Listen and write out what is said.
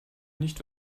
nicht